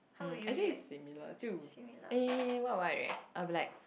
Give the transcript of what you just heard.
mm actually it's similar too eh eh eh what would I react I'll be like